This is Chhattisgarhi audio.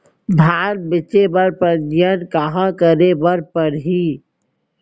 धान बेचे बर पंजीयन कहाँ करे बर पड़ही?